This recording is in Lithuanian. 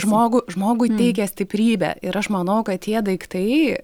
žmogų žmogui teikia stiprybę ir aš manau kad tie daiktai